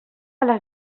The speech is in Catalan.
les